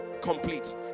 complete